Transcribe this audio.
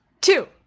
two